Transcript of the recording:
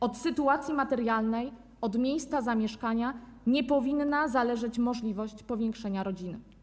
Od sytuacji materialnej, od miejsca zamieszkania nie powinna zależeć możliwość powiększenia rodziny.